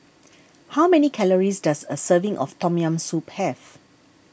how many calories does a serving of Tom Yam Soup have